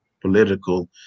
political